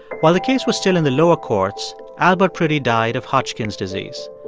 while the case was still in the lower courts, albert priddy died of hodgkin's disease.